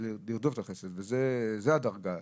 זו הדרגה.